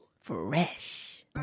fresh